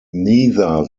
neither